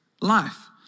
Life